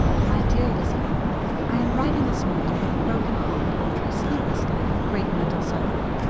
my dear lizzie i am writing this morning with a broken heart after a sleepless night of great mental suffering.